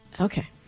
Okay